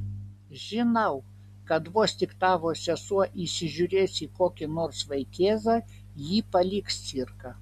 žinau kad vos tik tavo sesuo įsižiūrės į kokį nors vaikėzą ji paliks cirką